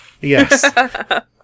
Yes